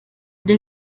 der